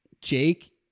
Jake